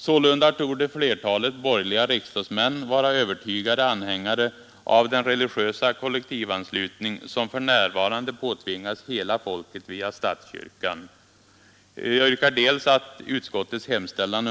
Sålunda torde flertalet borgerliga riksdagsmän vara övertygade anhängare av den religiösa kollektivanslutning, som för närvarande påtvingas hela folket via statskyrkan. Herr talman!